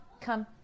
come